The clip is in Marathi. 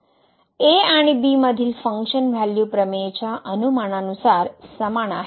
a आणि b मधील फंक्शन व्हॅल्यू प्रमेयच्या अनुमानांनुसार समान आहेत